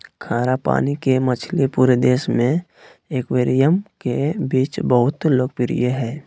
खारा पानी के मछली पूरे देश में एक्वेरियम के बीच बहुत लोकप्रिय हइ